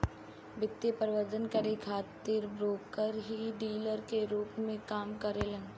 वित्तीय प्रबंधन करे खातिर ब्रोकर ही डीलर के रूप में काम करेलन